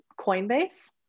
Coinbase